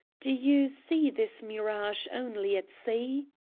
do you see this mirage only at sea?